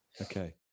okay